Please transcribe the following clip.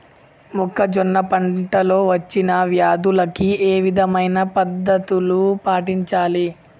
మొక్కజొన్న పంట లో వచ్చిన వ్యాధులకి ఏ విధమైన పద్ధతులు పాటించాలి?